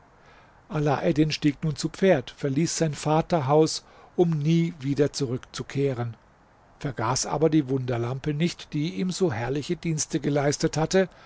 alaeddin stieg nun zu pferd verließ sein vaterhaus um nie wieder zurückzukehren vergaß aber die wunderlampe nicht die ihm so herrliche dienste geleistet hatte